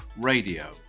Radio